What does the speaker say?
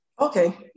Okay